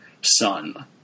son